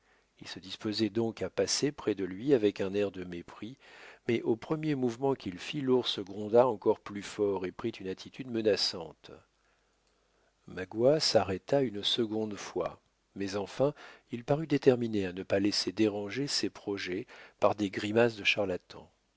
il se disposait donc à passer près de lui avec un air de mépris mais au premier mouvement qu'il fit l'ours gronda encore plus fort et prit une attitude menaçante magua s'arrêta une seconde fois mais enfin il parut déterminé à ne pas laisser déranger ses projets par des grimaces de charlatan